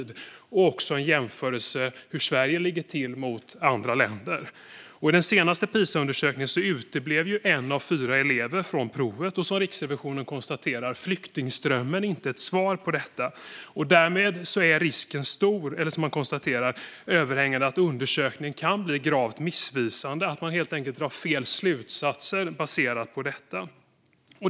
De möjliggör också en jämförelse av hur Sverige ligger till gentemot andra länder. Vid den senaste Pisaundersökningen uteblev en av fyra elever från provet, och som Riksrevisionen konstaterar är flyktingströmmen inte ett svar på varför. Risken är överhängande att undersökningen blir gravt missvisande och att man helt enkelt drar fel slutsatser baserat på detta.